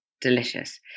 delicious